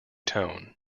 tone